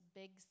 big